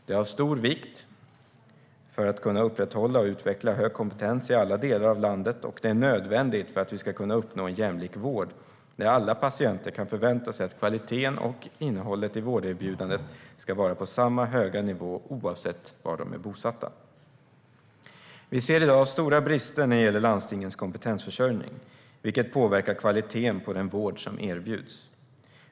Det är av stor vikt för att vi ska kunna upprätthålla och utveckla hög kompetens i alla delar av landet, och det är nödvändigt för att vi ska kunna uppnå en jämlik vård där alla patienter kan förvänta sig att kvaliteten och innehållet i vårderbjudandet ska vara på samma höga nivå oavsett var de är bosatta. Vi ser i dag stora brister när det gäller landstingens kompetensförsörjning, vilket påverkar kvaliteten på den vård som erbjuds.